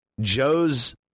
Joe's